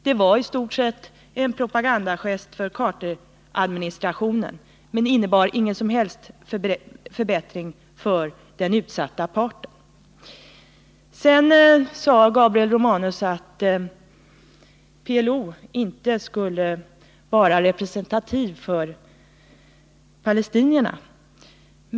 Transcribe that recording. Det var i stort sett en propagandagest för Carteradministrationen men innebar ingen som helst förbättring för den utsatta parten. Sedan sade Gabriel Romanus att PLO inte skulle vara representativ för palestinierna.